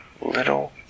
little